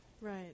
Right